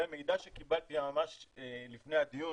ומידע שקיבלתי ממש לפני הדיון